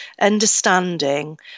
understanding